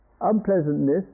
unpleasantness